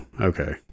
okay